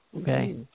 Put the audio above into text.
Okay